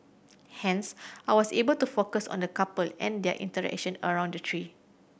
hence I was able to focus on the couple and their interaction around the tree